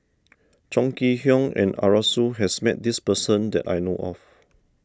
Chong Kee Hiong and Arasu has met this person that I know of